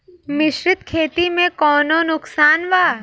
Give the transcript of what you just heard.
मिश्रित खेती से कौनो नुकसान वा?